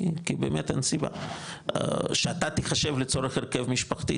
כי באמת אין סיבה שאתה תחשב לצורך הרכב משפחתית,